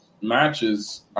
matches